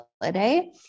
holiday